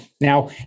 now